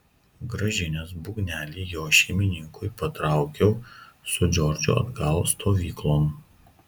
grąžinęs būgnelį jo šeimininkui patraukiau su džordžu atgal stovyklon